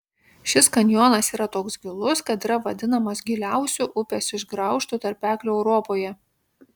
šis kanjonas yra toks gilus kad yra vadinamas giliausiu upės išgraužtu tarpekliu europoje